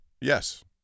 Yes